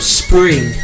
spring